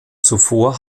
zuvor